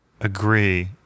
agree